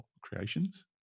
creations